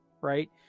Right